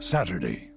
Saturday